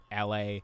LA